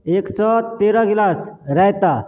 एक सओ तेरह गिलास राइता